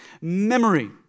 memory